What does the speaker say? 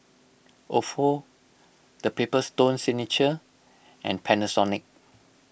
Ofo the Paper Stone Signature and Panasonic